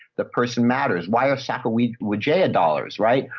the person matters. why a sack of weed with j a dollars, right?